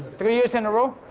three years in a row?